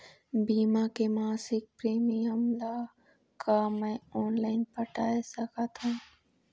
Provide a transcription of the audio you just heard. बीमा के मासिक प्रीमियम ला का मैं ऑनलाइन पटाए सकत हो?